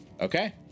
Okay